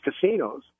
casinos